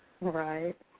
Right